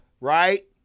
right